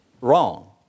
wrong